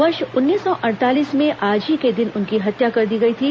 वर्ष उन्नीस सौ अड़तालीस में आज ही के दिन उनकी हत्या कर दी गई थी